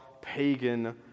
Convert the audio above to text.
pagan